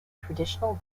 traditional